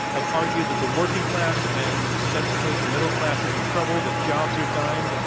have argued that the working class and, extensively, the middle class is in trouble, that jobs are dying,